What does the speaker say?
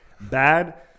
bad